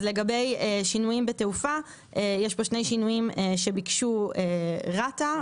יש פה כמה שינויים שביקש רת"א.